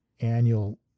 annual